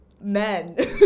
men